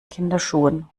kinderschuhen